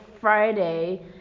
Friday